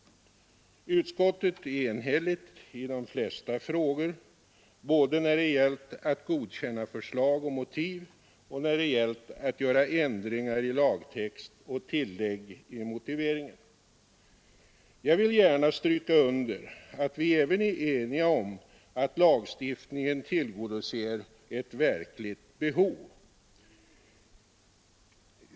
Utskottet har varit enigt i de flesta frågor, både när det gällt att godkänna förslag och motiv och när det gällt att göra ändringar i lagtext och tillägg i motiveringar. Jag vill gärna stryka under att vi även är eniga om att lagstiftningen tillgodoser ett verkligt behov.